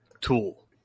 tool